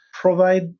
provide